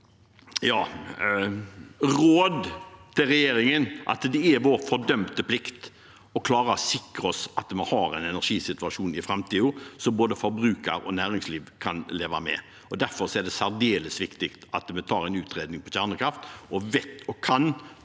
råd til regjeringen at det er vår fordømte plikt å klare å sikre oss at vi har en energisituasjon i framtiden som både forbrukere og næringsliv kan leve med. Derfor er det særdeles viktig at vi får en utredning av kjernekraft og kan